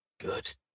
good